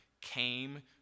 came